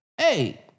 hey